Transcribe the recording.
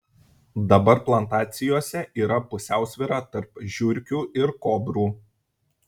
dabar plantacijose yra pusiausvyra tarp žiurkių ir kobrų